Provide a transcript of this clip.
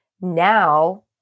Now